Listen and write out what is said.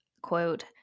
quote